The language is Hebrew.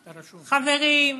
חברים,